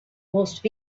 most